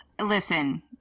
listen